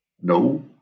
no